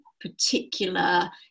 particular